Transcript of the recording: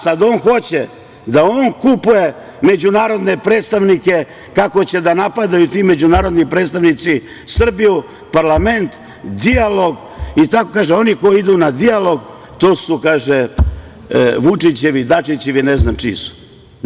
Sad on hoće da on kupuje međunarodne predstavnike, kako će da napadaju ti međunarodni predstavnici Srbiju, parlament, dijalog i tako, kaže, oni koji idu na dijalog su, kaže, Vučićevi, Dačićevi, ne znam čiji su.